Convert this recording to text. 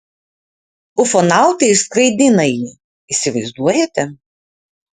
ufonautai išskraidina jį įsivaizduojate